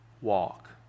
walk